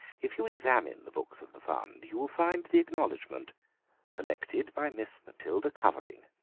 if you examine the books of the fund you will find the acknowledgment collected by miss matilda cuvering,